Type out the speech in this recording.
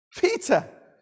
Peter